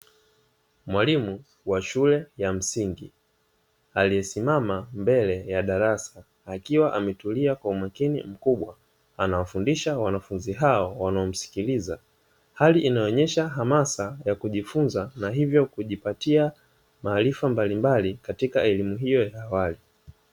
Mwalimu wa shule ya msingi aliesimama mbele ya darasa akiwa ametulia kwa umakini mkubwa anawafundisha wanafunzi hao wanaomskiliza; hali inayoonyesha hamasa ya kujifunza na hivyo kujipatia maarifa mbalimbali katika elimu hiyo ya awali.